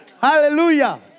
Hallelujah